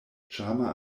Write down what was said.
ĉarma